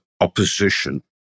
opposition